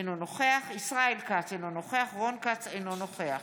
אינו נוכח ישראל כץ, אינו נוכח רון כץ, אינו נוכח